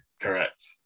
Correct